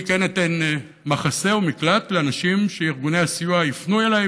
אני כן אתן מחסה ומקלט לאנשים שארגוני הסיוע יפנו אליי